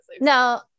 no